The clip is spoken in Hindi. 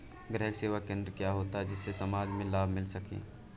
ग्राहक सेवा केंद्र क्या होता है जिससे समाज में लाभ मिल सके?